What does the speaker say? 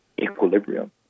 equilibrium